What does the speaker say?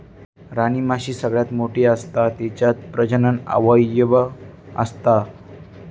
राणीमाशी सगळ्यात मोठी असता तिच्यात प्रजनन अवयव असता